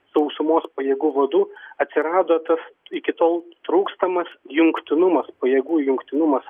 sausumos pajėgų vadu atsirado tas iki tol trūkstamas jungtinumas pajėgų jungtinumas